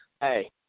Hey